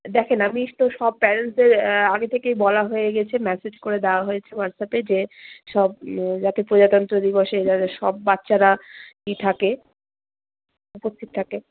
দেখেন আমিস তো সব প্যারেন্টসদের আগে থেকেই বলা হয়ে গেছে ম্যাসেজ করে দাওয়া হয়েছে হোয়াটসঅ্যাপে যে সব যাতে প্রজাতন্ত্র দিবসে যাতে সব বাচ্চারা ই থাকে উপস্থিত থাকে